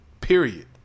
period